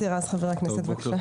חבר הכנסת מוסי רז, בבקשה.